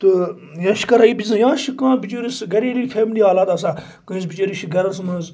تہٕ یا چھُ کران یہِ بِزٲتی یا چھُ کانٛہہ بِچٲرِس گریلی فیملی حالات آسان کٲنٛسہِ بِچٲرس چھِ گرس منٛز